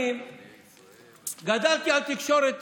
אני גדלתי על התקשורת.